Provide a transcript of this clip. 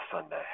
Sunday